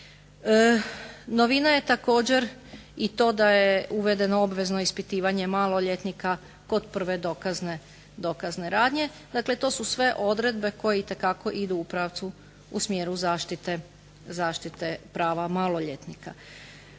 Novina je također i to da je uvedeno obvezno ispitivanje maloljetnika kod prve dokazne radnje, dakle to su sve odredbe koje itekako idu u pravcu, u smjeru zaštite prava maloljetnika.